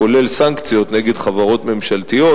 כולל סנקציות נגד חברות ממשלתיות,